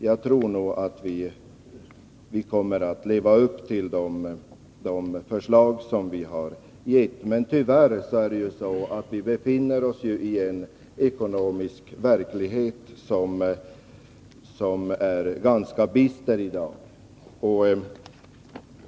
Jag tror nog att vi kommer att leva upp till de löften som vi har gett, men tyvärr befinner vi oss i en ekonomisk verklighet som i dag är ganska bister.